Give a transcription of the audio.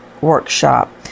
workshop